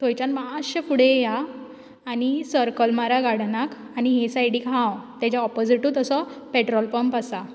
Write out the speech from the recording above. थंयच्यान मातशें फुडें येया आनी सर्कल मारा गार्डनाक आनी हे सायडीक हा हांव तेच्या ओपजीटूच असो पेट्रोल पंप आसा